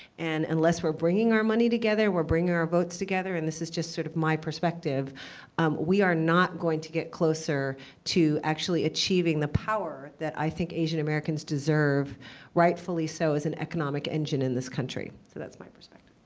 and unless we're bringing our money together, we're bringing our votes together and this is just sort of my perspective we are not going to get closer to actually achieving the power that i think asian-americans deserve rightfully so as an economic engine in this country. so that's my perspective.